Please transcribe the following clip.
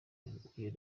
bihuriye